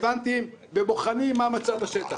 רלוונטיים, ובוחנים מה מצב השטח.